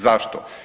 Zašto?